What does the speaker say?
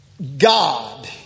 God